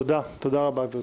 תודה רבה, גברתי.